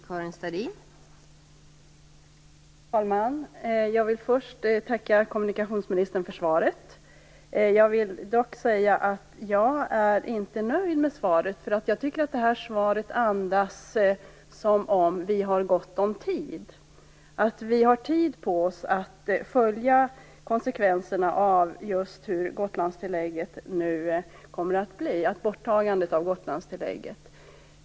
Fru talman! Jag vill först tacka kommunikationsministern för svaret. Jag är dock inte nöjd med det, eftersom det låter som om vi har gott om tid, som om vi har tid på oss att följa konsekvenserna av borttagandet av Gotlandstillägget.